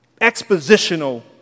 expositional